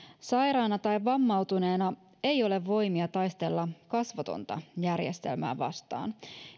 sairaana tai vammautuneena ei ole voimia taistella kasvotonta järjestelmää vastaan